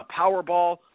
Powerball